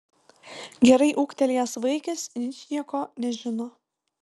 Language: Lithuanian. gerai ūgtelėjęs vaikis ničnieko nežino